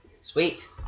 Sweet